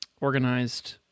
organized